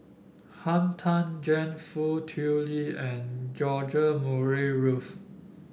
Han Tan Juan Foo Tui Liew and George Murray Reith